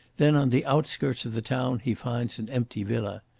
then on the outskirts of the town he finds an empty villa.